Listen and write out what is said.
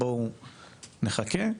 בואו נחכה",